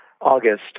August